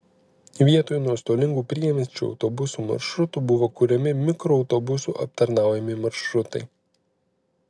vietoj nuostolingų priemiesčio autobusų maršrutų buvo kuriami mikroautobusų aptarnaujami maršrutai